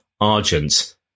Argent